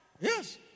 Yes